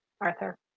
Arthur